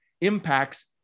impacts